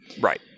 Right